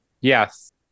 Yes